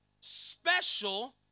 Special